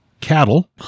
cattle